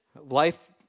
life